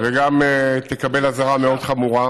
וגם תקבל אזהרה מאוד חמורה.